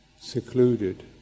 secluded